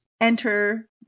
enter